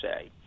say